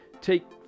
take